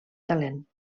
talent